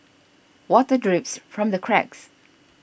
water drips from the cracks